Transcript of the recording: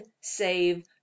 save